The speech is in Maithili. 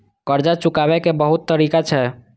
कर्जा चुकाव के बहुत तरीका छै?